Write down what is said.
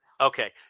okay